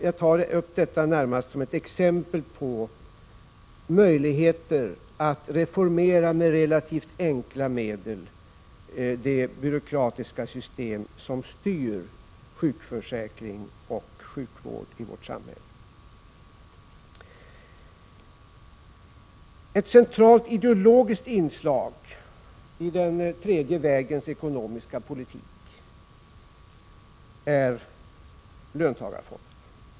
Jag tar upp detta närmast som exempel på möjligheter att med relativt enkla medel reformera det byråkratiska system som styr sjukförsäkring och sjukvård i vårt samhälle. Ett centralt ideologiskt inslag i den tredje vägens ekonomiska politik är löntagarfonderna.